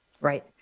Right